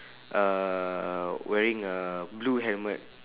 uh wearing a blue helmet